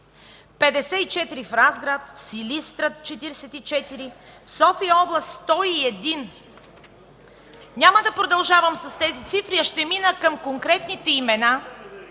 54 – в Разград, Силистра – 44, в София област – 101! Няма да продължавам с тези цифри, а ще мина към конкретните имена,